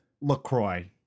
Lacroix